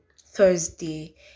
Thursday